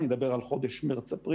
אני מדבר על חודש מארס-אפריל,